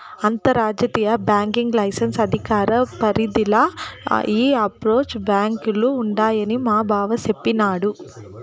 అంతర్జాతీయ banking licence అధికార పరిదిల ఈ ఆప్షోర్ బాంకీలు ఉండాయని మాబావ సెప్పిన్నాడు